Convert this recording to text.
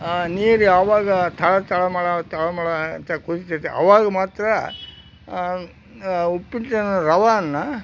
ನೀರು ಯಾವಾಗ ತಳ ತಳಮಳ ತಳಮಳ ಅಂತ ಕುದಿತೈತೆ ಆವಾಗ ಮಾತ್ರ ಉಪ್ಪಿಟ್ಟಿನ ರವನ್ನು